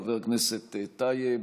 חבר הכנסת טייב,